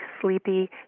sleepy